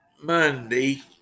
Monday